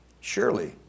Surely